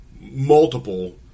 multiple